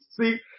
See